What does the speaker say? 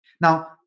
Now